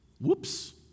Whoops